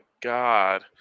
God